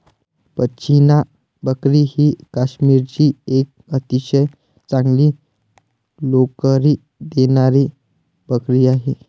पश्मिना बकरी ही काश्मीरची एक अतिशय चांगली लोकरी देणारी बकरी आहे